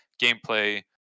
gameplay